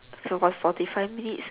so by forty five minutes